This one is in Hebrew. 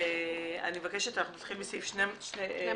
אנחנו נתחיל מסעיף 12,